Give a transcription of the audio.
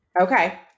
Okay